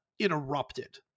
interrupted